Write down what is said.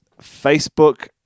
Facebook